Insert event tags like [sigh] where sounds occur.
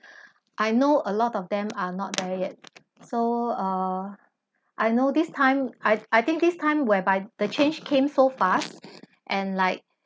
[breath] I know a lot of them are not there yet so uh I know this time I I think this time whereby the change came so fast and like